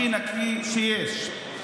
הכי נקי שיש.